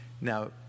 Now